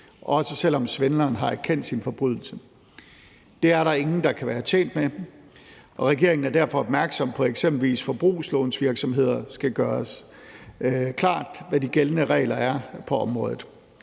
også selv om svindleren har erkendt sin forbrydelse. Det er der ingen der kan være tjent med, og regeringen er derfor opmærksom på, at eksempelvis forbrugslånsvirksomheder skal gøres klart, hvad de gældende regler er på området.